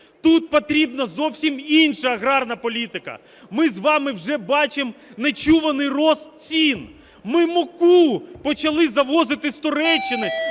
Тут потрібна зовсім інша аграрна політика. Ми з вами вже бачимо нечуваний ріст цін, ми муку почали завозити з Туреччини